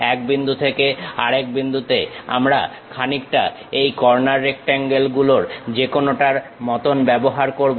এক বিন্দু থেকে আরেক বিন্দুতে আমরা খানিকটা এই কর্নার রেক্টাঙ্গেলগুলোর যেকোনোটার মতন ব্যবহার করব